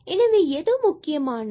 எனவே எது முக்கியமானது